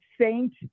saint